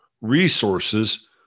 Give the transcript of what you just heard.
resources